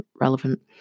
relevant